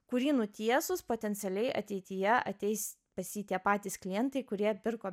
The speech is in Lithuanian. kurį nutiesus potencialiai ateityje ateis pas jį tie patys klientai kurie pirko